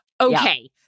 Okay